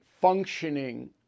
functioning